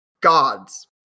Gods